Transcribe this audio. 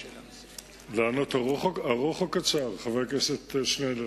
לענות ארוך או קצר, חבר הכנסת שנלר?